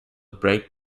break